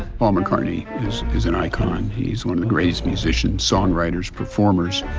paul mccartney is is an icon. he's one of the greatest musicians songwriters performers